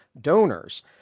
donors